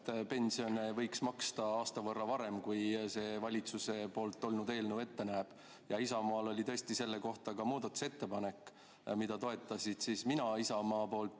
et pensione võiks maksta aasta võrra varem, kui see valitsuse poolt tulnud eelnõu ette näeb. Ja Isamaal oli tõesti selle kohta ka muudatusettepanek, mida toetasid mina Isamaa poolt,